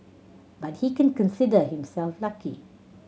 but he can consider himself lucky